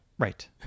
right